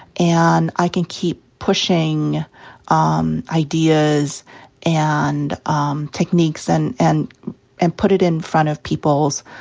and i can keep pushing um ideas and um techniques and and and put it in front of people's